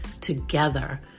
together